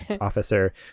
officer